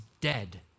dead